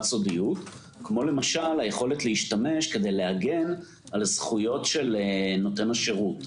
סודיות כמו היכולת להשתמש כדי להגן על הזכויות של נותן השירות.